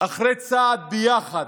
אחרי צעד ביחד,